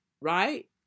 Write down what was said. right